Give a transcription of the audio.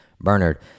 Bernard